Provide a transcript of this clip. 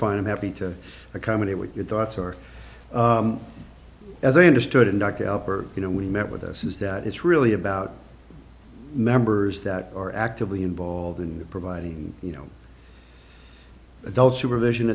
fine i'm happy to accommodate what your thoughts are as i understood it and you know we met with this is that it's really about members that are actively involved in providing you know adult supervision